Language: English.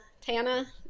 Tana